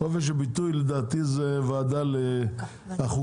חופש הביטוי, לדעתי, זו ועדת החוקה.